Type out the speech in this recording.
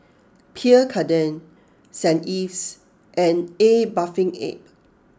Pierre Cardin Saint Ives and A Bathing Ape